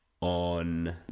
on